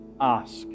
Ask